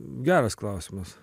geras klausimas